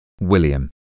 William